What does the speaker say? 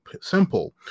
simple